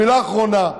מילה אחרונה,